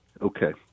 Okay